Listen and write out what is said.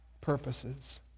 purposes